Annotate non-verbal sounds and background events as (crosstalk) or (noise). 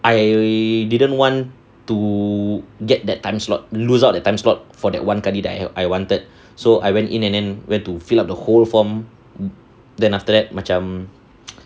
I didn't want to get that time slot lose out that time slot for that one kadi that I wanted so I went in and then went to fill up the whole form then after that macam (noise)